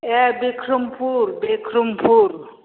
ए Bikrampur Bikrampur